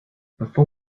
begin